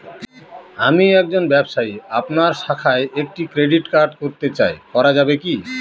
আমি একজন ব্যবসায়ী আপনার শাখায় একটি ক্রেডিট কার্ড করতে চাই করা যাবে কি?